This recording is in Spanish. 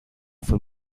fue